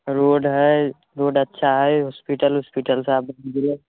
road हइ road अच्छा हइ हॉस्पिटल उसपिटलसब